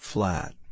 Flat